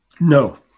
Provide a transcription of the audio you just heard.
No